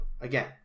again